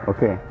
Okay